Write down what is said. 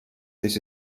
this